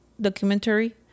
documentary